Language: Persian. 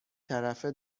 طرفه